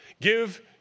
give